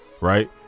right